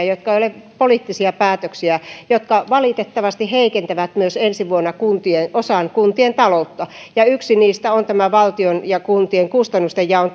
jotka eivät ole poliittisia päätöksiä jotka valitettavasti heikentävät myös ensi vuonna osan kuntien taloutta ja yksi niistä on tämä valtion ja kuntien kustannustenjaon